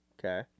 Okay